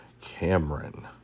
Cameron